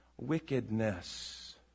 wickedness